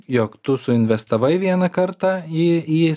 jog tu su investavai vieną kartą į į